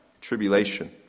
tribulation